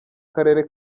karere